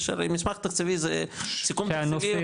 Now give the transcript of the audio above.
מסמך תקציבי זה סיכום תקציבי,